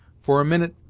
for a minute,